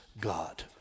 God